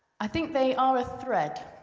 i think they are a thread,